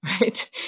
right